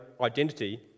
identity